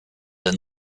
and